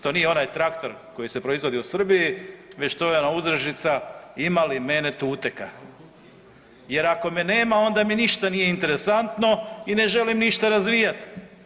To nije onaj traktor koji se proizvodi u Srbiji već to je ona uzrečica „ima li mene tuteka“, jer ako me nema onda mi ništa nije interesantno i ne želim ništa razvijat.